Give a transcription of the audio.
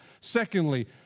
Secondly